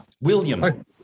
William